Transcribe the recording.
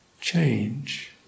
change